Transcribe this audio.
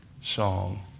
song